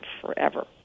forever